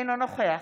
אינו נוכח